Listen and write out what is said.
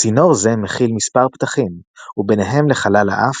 צינור זה מכיל מספר פתחים, וביניהם לחלל האף,